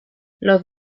los